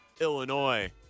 Illinois